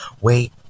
Wait